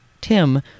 Tim